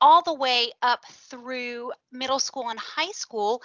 all the way up through middle school and high school.